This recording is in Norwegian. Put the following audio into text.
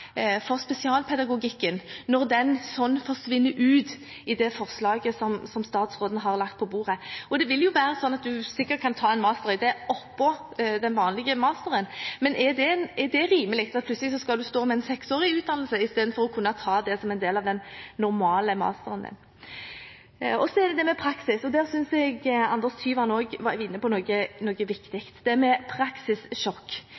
for spesialpedagogikken når den forsvinner ut i det forslaget som statsråden har lagt på bordet. Man kan sikkert ta en master i det oppå den vanlige masteren, men er det rimelig at man plutselig skal stå med en seksårig utdanning istedenfor å kunne ta det som en del av normale masteren din? Når det gjelder praksis, synes jeg Anders Tyvand var inne på noe viktig, praksissjokk. Det er noe